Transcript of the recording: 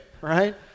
Right